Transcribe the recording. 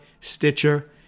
Stitcher